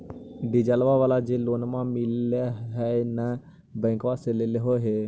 डिजलवा वाला जे लोनवा मिल है नै बैंकवा से लेलहो हे?